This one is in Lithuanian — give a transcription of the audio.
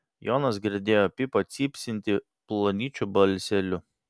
jonas girdėjo pipą cypsintį plonyčiu balseliu